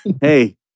Hey